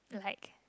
like